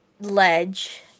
ledge